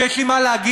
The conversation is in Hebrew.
וכשיש לי מה להגיד,